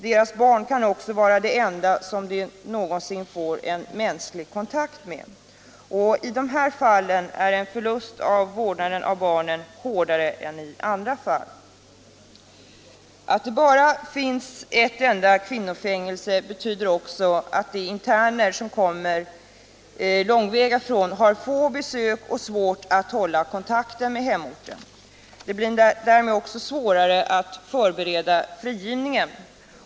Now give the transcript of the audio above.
Deras barn kan också vara de enda som de någonsin får en mänsklig kontakt med. I dessa fall är en förlust av vårdnaden om barnen hårdare än i andra. Au det bara finns ett enda kvinnofängelse betyder också att de interner som kommer långväga ifrån har få besök och har svårt att hålla kontakten med hemorten. Det blir därmed också svårare att förbereda frigivningen.